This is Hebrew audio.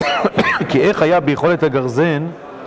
כי איך היה ביכולת הגרזן